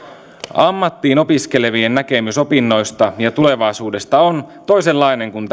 ammattiin opiskelevien näkemys opinnoista ja tulevaisuudesta on toisenlainen kuin